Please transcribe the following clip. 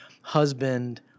husband